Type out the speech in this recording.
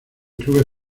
clubes